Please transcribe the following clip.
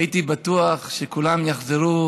הייתי בטוח שכולם יחזרו